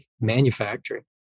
manufacturing